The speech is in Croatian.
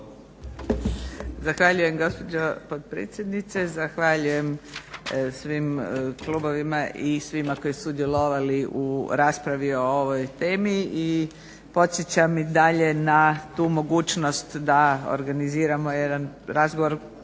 Zahvaljujem gospođo potpredsjednice. Zahvaljujem svim klubovima i svima koji su sudjelovali u raspravi o ovoj temi i podsjeća i dalje na tu mogućnost da organiziramo jedan razgovor,